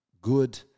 good